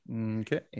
Okay